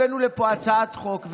הבאנו לפה הצעת חוק,